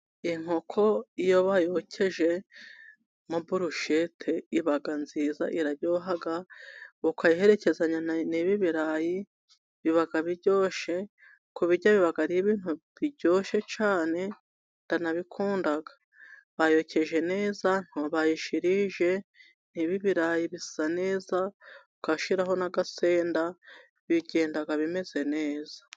Inkoko iyo bayihokejemo burushete iba nziza iraryoha, ukayiherekeranya n'ibi ibirayi biba biryoshe, kubirya biba ari ibintu biryoshye cyane ndanabikunda. Bayokeje neza, ntibayishirije, n'ibi birayi bisa neza, ugashyiraho n'agasenda, bigenda bimeze neza